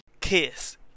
Kiss